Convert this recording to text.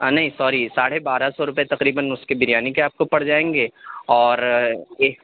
نہیں ساری ساڑھے بارہ سو تقریباً اس کی بریانی کے آپ کو پڑ جائیں گے اور ایک